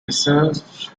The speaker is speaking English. research